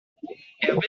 hervé